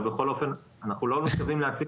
אבל בכל אופן אנחנו לא מתכוונים להציג